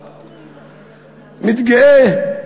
מתגאה,